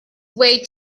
way